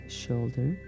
shoulder